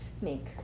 make